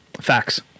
Facts